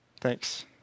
Thanks